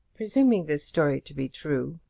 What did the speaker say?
presuming this story to be true,